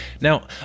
Now